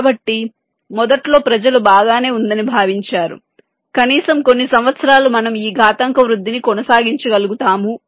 కాబట్టి మొదట్లో ప్రజలు బాగానే ఉందని భావించారు కనీసం కొన్ని సంవత్సరాలు మనము ఈ ఘాతాంక వృద్ధిని కొనసాగించగలుగుతాము